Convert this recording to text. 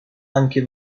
anche